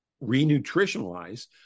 re-nutritionalize